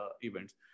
events